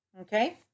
Okay